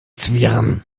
zwirn